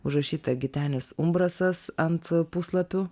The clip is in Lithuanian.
užrašyta gitenis umbrasas ant puslapių